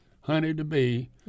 honey-to-be